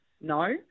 no